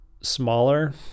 smaller